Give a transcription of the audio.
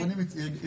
--- נציגי ציבור,